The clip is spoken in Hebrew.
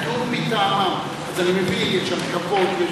אני מבין שיש הרכבות,